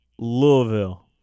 Louisville